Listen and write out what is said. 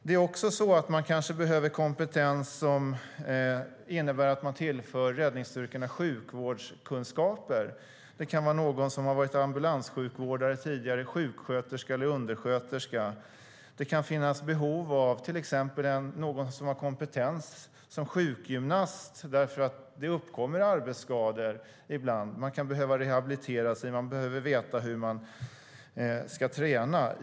Det kanske också behövs kompetens som innebär att man tillför räddningsstyrkorna sjukvårdskunskaper. Det kan vara någon som tidigare har varit ambulanssjukvårdare, sjuksköterska eller undersköterska. Det kan finnas behov av till exempel någon som har kompetens som sjukgymnast, eftersom det uppkommer arbetsskador ibland. Man kan behöva rehabilitera sig. Man behöver veta hur man ska träna.